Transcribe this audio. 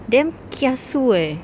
damn kiasu eh